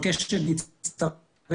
כפי שהעידה חברתי טל גלבוע,